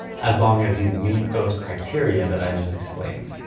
as long as you meet those criteria that i just explained.